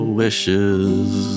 wishes